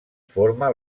forma